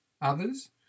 others